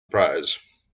prize